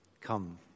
Come